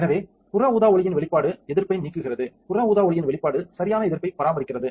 எனவே புற ஊதா ஒளியின் வெளிப்பாடு எதிர்ப்பை நீக்குகிறது புற ஊதா ஒளியின் வெளிப்பாடு சரியான எதிர்ப்பை பராமரிக்கிறது